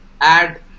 add